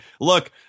look